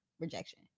rejection